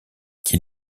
qui